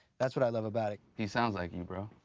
that's what i love about it. he sounds like you, bro.